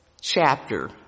chapter